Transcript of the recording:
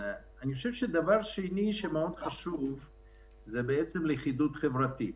דבר נוסף שמאוד חשוב זה לכידות חברתית.